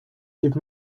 give